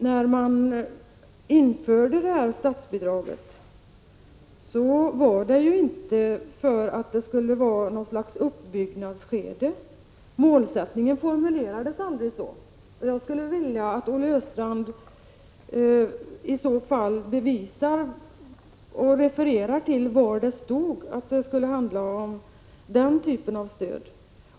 När man införde statsbidraget var det inte därför att det skulle råda något slags uppbyggnadsskede. Målsättningen formulerades aldrig så. Jag skulle vilja att Olle Östrand i så fall bevisar och refererar till var det stod att det skulle handla om den typen av stöd.